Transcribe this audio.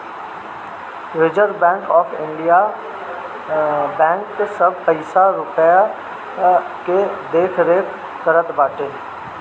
reserve bank of India bank सब पईसा रूपया के देखरेख करत बाटे